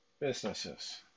businesses